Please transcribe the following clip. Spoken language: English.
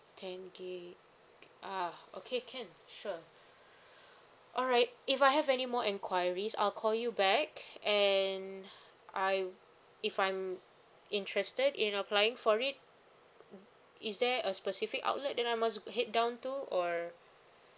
ten gig ah okay can sure alright if I have any more enquiries I'll call you back and I if I'm interested in applying for it is there a specific outlet that I must head down to or